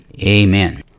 Amen